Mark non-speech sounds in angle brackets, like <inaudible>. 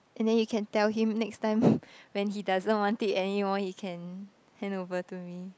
and then you can tell him next time <breath> when he doesn't want it anymore he can hand over to me